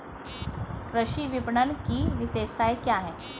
कृषि विपणन की विशेषताएं क्या हैं?